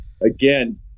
Again